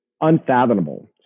unfathomable